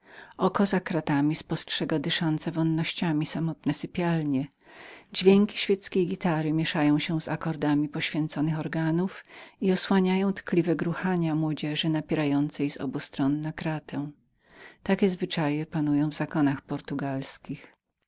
oko za klauzurą spostrzega również przystrojone i dyszące wonnościami kurytarze dźwięki świeckiej gitary mieszają się z akordami poświęconych organów i osłaniają tkliwe gruchania młodzieży po obu stronach kraty takie zwyczaje panują w zakonach portugalskich